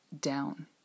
Down